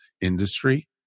industry